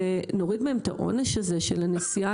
ונוריד מהם את העונש הזה של הנסיעה